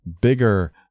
bigger